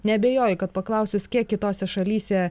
neabejoji kad paklausus kiek kitose šalyse